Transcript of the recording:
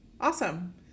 Awesome